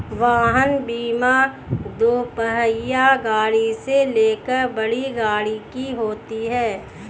वाहन बीमा दोपहिया गाड़ी से लेकर बड़ी गाड़ियों की होती है